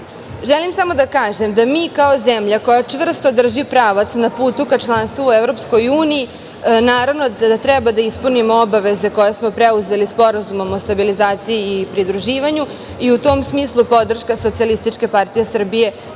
mnogo. Želim samo da kažem da mi kao zemlja koja čvrsto drži pravac na putu ka članstvu u EU naravno da treba da ispunimo obaveze koje smo preuzeli Sporazumom o stabilizaciji i pridruživanju i u tom smislu podrška SPS naravno da